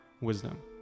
wisdom